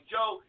Joe